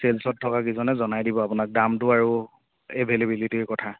চেল্চত থকা মানুহ কেইজনে জনাই দিব দামটো আৰু এভেইলিবিলিটিৰ কথা